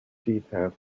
details